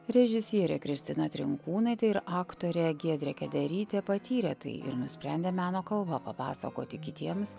režisierė kristina trinkūnaitė ir aktorė giedrė kederytė patyrė tai ir nusprendė meno kalba papasakoti kitiems